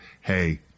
hey